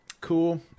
Cool